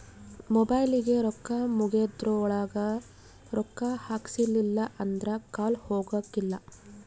ಮೊಬೈಲಿಗೆ ರೊಕ್ಕ ಮುಗೆದ್ರೊಳಗ ರೊಕ್ಕ ಹಾಕ್ಸಿಲ್ಲಿಲ್ಲ ಅಂದ್ರ ಕಾಲ್ ಹೊಗಕಿಲ್ಲ